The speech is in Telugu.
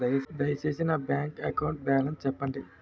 దయచేసి నా బ్యాంక్ అకౌంట్ బాలన్స్ చెప్పండి